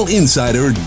insider